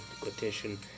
quotation